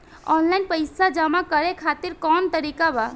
Online पइसा जमा करे खातिर कवन तरीका बा?